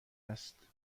است